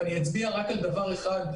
אצביע רק על נקודה אחת,